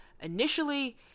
initially